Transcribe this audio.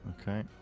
Okay